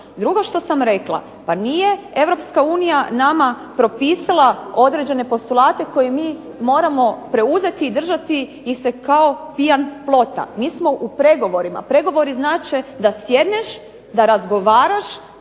Drugo što sam rekla, pa nije Europska unija nama propisala određene postulate koje mi moramo preuzeti i držati ih se kao pijan plota. Mi smo u pregovorima. Pregovorima znače da sjedneš, da razgovaraš,